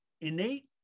innate